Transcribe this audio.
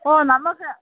ഓ നമുക്ക്